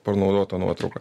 panaudota nuotrauka